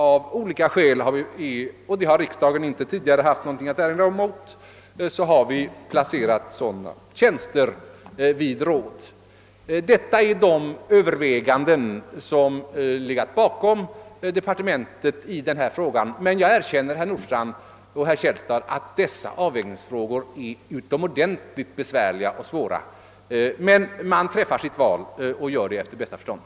Av olika skäl, och det har riksdagen tidigare inte haft något att erinra mot, har vi alltså placerat sådana tjänster vid ett råd. Detta är de överväganden som legat bakom departementets ståndpunktstagande i denna fråga, men jag håller med herr Nordstrandh och herr Källstad om att dessa avvägningsfrågor är utomordentligt besvärliga. Man har emellertid att träffa sitt val efter bästa förstånd.